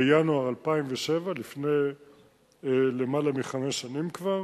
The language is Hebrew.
בינואר 2007, לפני למעלה מחמש שנים כבר,